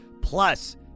Plus